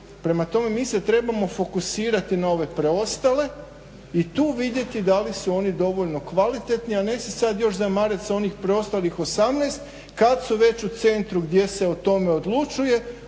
Prema tome, mi se trebamo fokusirati na ove preostale i tu vidjeti da li su oni dovoljno kvalitetni a ne se sad još zamarati sa onih preostalih 18 kad su već u centru gdje se o tome odlučuje